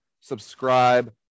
subscribe